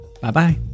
Bye-bye